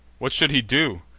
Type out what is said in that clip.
what should he do!